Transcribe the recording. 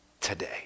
today